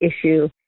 issue